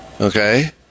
Okay